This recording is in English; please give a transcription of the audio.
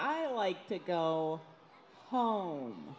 i like to go home